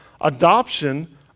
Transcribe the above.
adoption